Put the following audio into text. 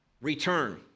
return